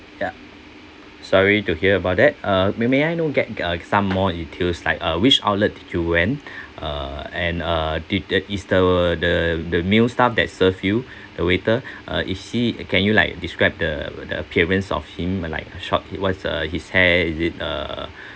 ya sorry to hear about that uh may may I know get uh some more details like uh which outlet did you went uh and uh did that is the the the male staff that serve you the waiter uh if she can you like describe the the appearance of him like short what is uh his hair is it uh